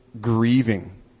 grieving